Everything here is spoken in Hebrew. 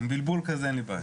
עם בלבול כזה אין לי בעיה.